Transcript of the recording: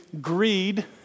greed